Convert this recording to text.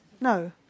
No